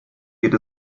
geht